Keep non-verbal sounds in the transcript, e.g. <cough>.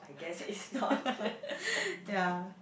<laughs> yeah